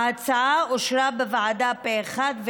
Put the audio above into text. ההצעה אושרה בוועדה פה אחד,